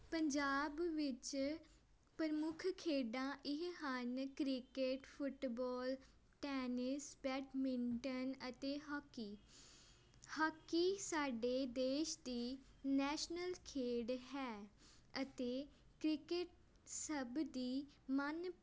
ਪੰਜਾਬ ਵਿੱਚ ਪ੍ਰਮੁੱਖ ਖੇਡਾਂ ਇਹ ਹਨ ਕ੍ਰਿਕੇਟ ਫੁੱਟਬੋਲ ਟੈਨਿਸ ਬੈਡਮਿੰਟਨ ਅਤੇ ਹਾਕੀ ਹਾਕੀ ਸਾਡੇ ਦੇਸ਼ ਦੀ ਨੈਸ਼ਨਲ ਖੇਡ ਹੈ ਅਤੇ ਕ੍ਰਿਕਟ ਸਭ ਦੀ ਮਨ